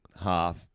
half